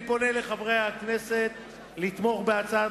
אני פונה לחברי חברי הכנסת לתמוך בהצעת